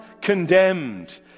condemned